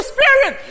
Spirit